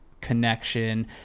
connection